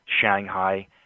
Shanghai